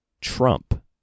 Trump